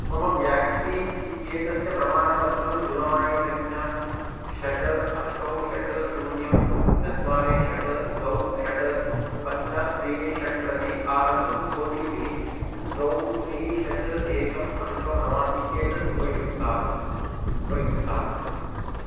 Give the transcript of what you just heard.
मम व्याक्सीन् इत्येतस्य प्रमाणपत्रं दूरवाणीसङ्ख्यां षट् अष्टौ षट् शून्यं चत्वारि षट् द्वौ षट् पञ्च त्रीणि षट् प्रति आहर्तुम् ओ टि पि द्वौ त्री षट् एकम् अष्टौ नव इत्येतत् उपयुङ्क्तात् उपयुङ्क्तात्